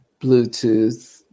Bluetooth